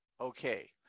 Okay